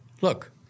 look